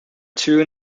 two